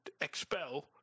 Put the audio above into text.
expel